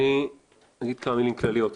אני אגיד כמה מילים כלליות.